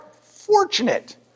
fortunate